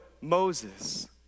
Moses